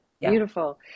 Beautiful